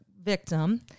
victim